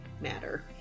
matter